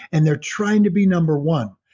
and they're trying to be number one.